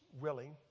willing